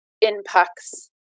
impacts